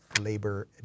Labor